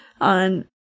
on